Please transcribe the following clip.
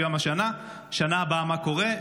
שנה הבאה מה קורה,